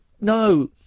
No